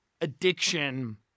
addiction